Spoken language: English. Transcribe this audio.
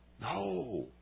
No